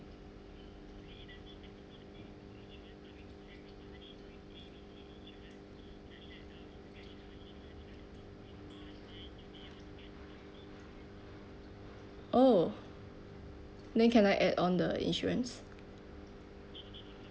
oh then can I add on the insurance